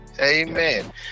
Amen